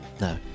No